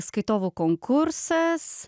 skaitovų konkursas